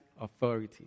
authority